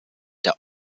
der